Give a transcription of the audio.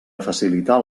facilitar